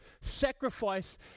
Sacrifice